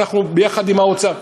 אנחנו ביחד עם האוצר,